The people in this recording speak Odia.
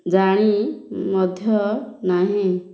ଜାଣି ମଧ୍ୟ ନାହିଁ